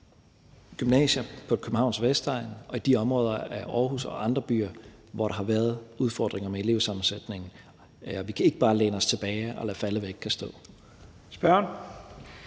gymnasier på Københavns Vestegn og i de områder af Aarhus og andre byer, hvor der har været udfordringer med elevsammensætningen. Vi kan ikke bare læne os tilbage og lade falde,